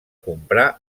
comprar